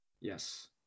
Yes